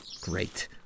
Great